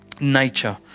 nature